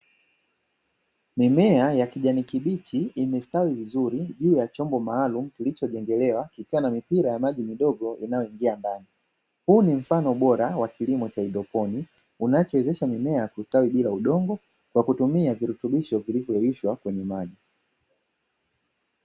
Mimea ya kijani kibichi imestawi vizuri juu ya chombo maalumu kilichojengelewa kikiwa na mipira ya maji inayoingia ndani, huu ni mfano bora wa kilimo cha haidroponi unachowezesha mimea kustawi bila udongo kwa kutumia virutubisho vilivoyeyushwa kwenye maji.